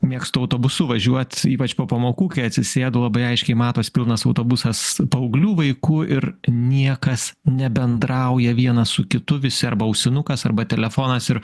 mėgstu autobusu važiuot ypač po pamokų kai atsisėdu labai aiškiai matosi pilnas autobusas paauglių vaikų ir niekas nebendrauja vienas su kitu visi arba ausinukas arba telefonas ir